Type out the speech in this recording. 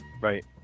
right